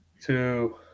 two